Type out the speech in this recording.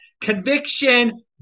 Conviction